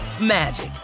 magic